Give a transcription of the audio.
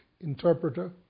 interpreter